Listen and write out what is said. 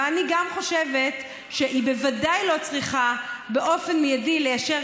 אבל אני גם חושבת שהיא בוודאי לא צריכה באופן מיידי ליישר